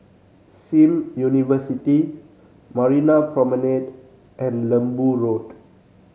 Sim University Marina Promenade and Lembu Road